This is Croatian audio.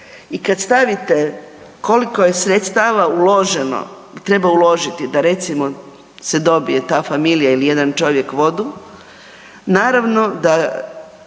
i kad stavite koliko je sredstava uloženo, treba uložiti da recimo se dobije ta familija ili jedan čovjek vodu naravno da